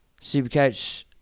Supercoach